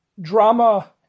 drama